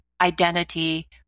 identity